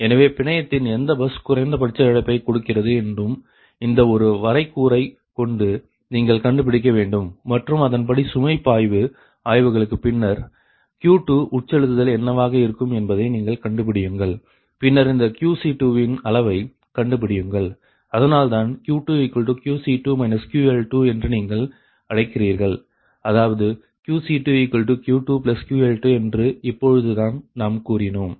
எனவே பிணையத்தின் எந்த பஸ் குறைந்தபட்ச இழப்பைக் கொடுக்கிறது என்னும் இந்த ஒரு வரைக்கூறைக் கொண்டு நீங்கள் கண்டுபிடிக்க வேண்டும் மற்றும் அதன்படி சுமை பாய்வு ஆய்வுகளுக்கு பின்னர் Q2 உட்செலுத்தல் என்னவாக இருக்கும் என்பதை நீங்கள் கண்டுபிடியுங்கள் பின்னர் இந்த QC2 வின் அளவை கண்டுபிடியுங்கள் அதனால்தான் Q2QC2 QL2 என்று நீங்கள் அழைக்கிறீர்கள் அதாவது QC2Q2QL2என்று இப்பொழுது தான் நாம் கூறினோம்